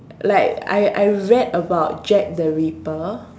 like I I read about Jack the Ripper